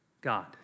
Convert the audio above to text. God